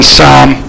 Psalm